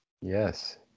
yes